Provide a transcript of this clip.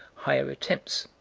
higher attempts.